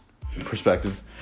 perspective